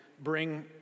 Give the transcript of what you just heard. bring